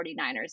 49ers